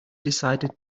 decided